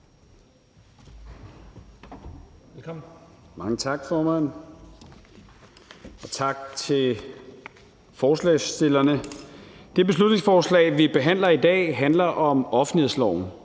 Mange tak, formand, og tak til forslagsstillerne. Det beslutningsforslag, vi behandler i dag, handler om offentlighedsloven.